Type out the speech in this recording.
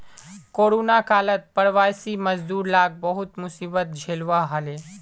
corona कालत प्रवासी मजदूर लाक बहुत मुसीबत झेलवा हले